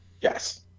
Yes